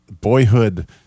boyhood